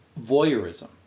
voyeurism